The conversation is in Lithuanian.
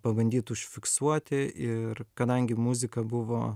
pabandyt užfiksuoti ir kadangi muzika buvo